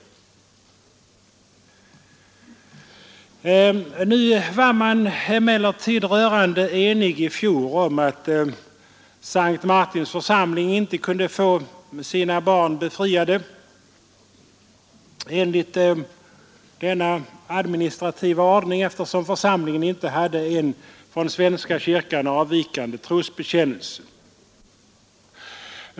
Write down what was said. I fjol var utskottsmajoriteten rörande enig om att S:t Martins församling inte själv kunde få svara för religionsundervisning av sina barn eftersom församlingen inte hade en från svenska kyrkan avvikande trosbekännelse.